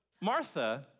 Martha